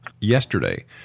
yesterday